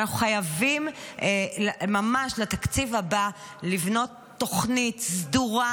אנחנו ממש חייבים בתקציב הבא לבנות תוכנית סדורה